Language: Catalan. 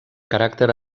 caràcter